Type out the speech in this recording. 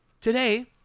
today